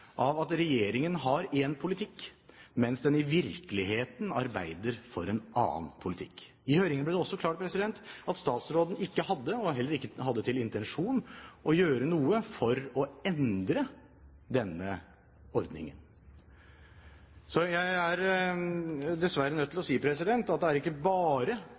av at regjeringen har én politikk, mens den i virkeligheten arbeider for en annen politikk. I høringen ble det også klart at statsråden ikke hadde gjort noe og heller ikke hadde til intensjon å gjøre noe for å endre denne ordningen. Jeg er dessverre nødt til å si at det er ikke bare